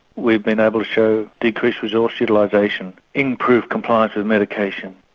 we've been able to show decreases in hospitalisation, improved compliance of medication,